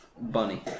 bunny